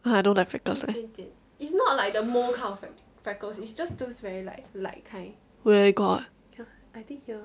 I don't like freckles eh where got